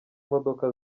imodoka